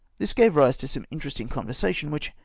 this gave rise to some interesting conversation, which,